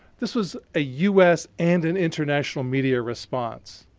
this was a u s. and an international media response.